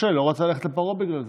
משה לא רצה ללכת לפרעה בגלל זה.